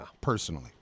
Personally